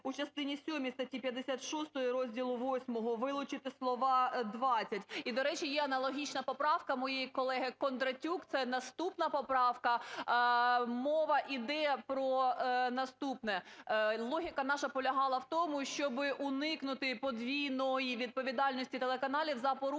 у частині сьомій статті 56 розділуVIII вилучити слово "двадцять". І, до речі, є аналогічна поправка моєї колеги Кондратюк. Це наступна поправка. Мова іде про наступне: логіка наша полягала в тому, щоби уникнути подвійної відповідальності телеканалів за порушення